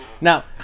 Now